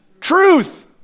truth